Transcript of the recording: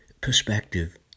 perspective